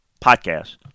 podcast